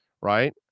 right